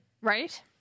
Right